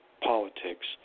politics